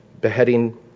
beheading